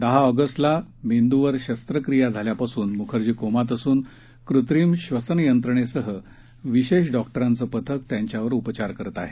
दहा ऑगस्टला मेंदूवर शस्त्रक्रिया झाल्यापासून मुखर्जी कोमात असून कृत्रीम श्वसन यंत्रणेसह विशेषज्ञ डॉक्टरांचं पथक त्यांच्यावर उपचार करत आहे